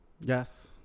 yes